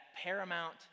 paramount